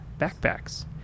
backpacks